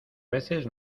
veces